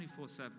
24-7